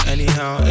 Anyhow